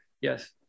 Yes